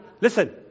listen